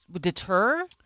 deter